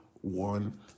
one